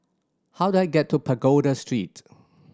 how do I get to Pagoda Street